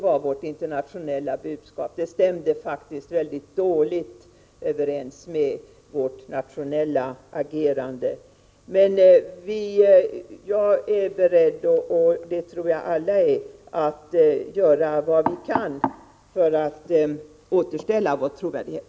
Vårt internationella budskap stämde faktiskt väldigt dåligt överens med vårt nationella agerande. Jag tror dock att vi alla är beredda att göra vad vi kan för att återställa vårt lands trovärdighet.